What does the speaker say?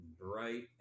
bright